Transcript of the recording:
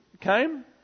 came